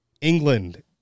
England